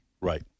Right